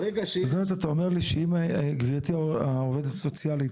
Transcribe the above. זאת אומרת שאתה אומר לי שאם גברתי העובדת הסוציאלית